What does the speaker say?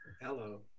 Hello